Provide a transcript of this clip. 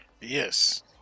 Yes